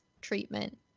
treatment